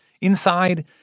Inside